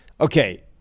okay –